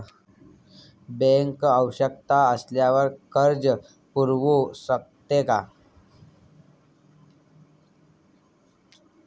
Bank आवश्यकता असल्यावर कर्ज पुरवू शकते का?